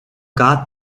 got